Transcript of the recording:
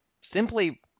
simply